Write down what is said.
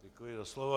Děkuji za slovo.